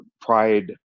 pride